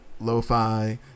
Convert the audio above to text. lo-fi